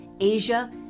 Asia